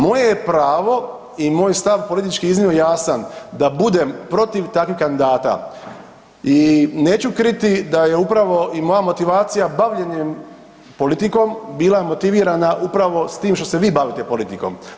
Moje je pravo i moj stav politički je iznimno jasan da budem protiv takvih kandidata i neću kriti da je upravo i moja motivacija bavljenjem politikom bila motivirana upravo s tim što se vi bavite politikom.